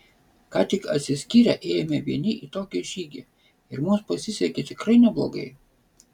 ką tik atsiskyrę ėjome vieni į tokį žygį ir mums pasisekė tikrai neblogai